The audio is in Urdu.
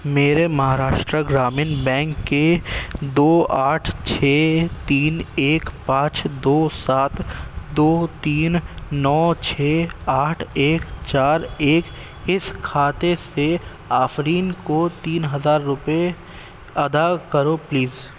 میرے مہاراشٹر گرامین بینک کے دو آٹھ چھ تین ایک پانچ دو سات دو تین نو چھ آٹھ ایک چار ایک اس کھاتے سے آفرین کو تین ہزار روپئے ادا کرو پلیز